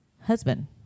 husband